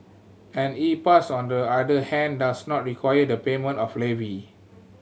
an E Pass on the other hand does not require the payment of levy